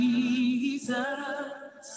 Jesus